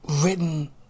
written